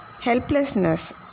Helplessness